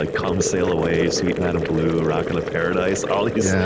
like come sail away, suite madame blue, rockin' the paradise, all these. yeah